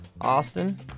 Austin